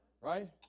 Right